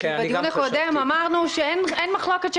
כי בדיון הקודם אמרנו שאין מחלוקת על כך